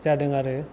जादों आरो